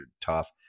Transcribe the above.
tough